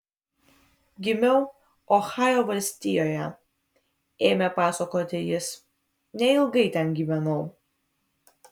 gimiau ohajo valstijoje ėmė pasakoti jis neilgai ten gyvenau